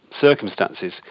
circumstances